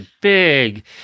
big